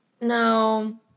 No